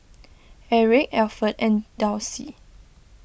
Eric Alford and Dulcie